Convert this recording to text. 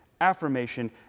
affirmation